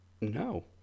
No